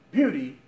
beauty